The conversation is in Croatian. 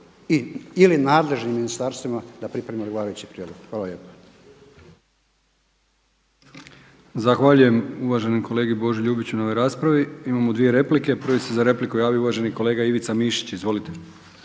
ili nadležnim ministarstvima da pripreme odgovarajući prijedlog. Hvala